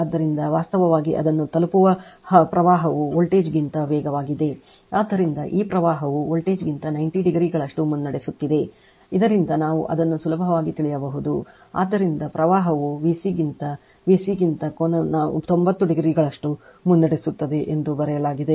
ಆದ್ದರಿಂದ ಇದು ನನ್ನ ω t VC ಗಿಂತ ವಿಸಿ ಗಿಂತಕೋನ 90 ಡಿಗ್ರಿಗಳಷ್ಟು ಮುನ್ನಡೆಯುತ್ತದೆ ಎಂದು ಬರೆಯಲಾಗಿದೆ